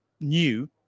new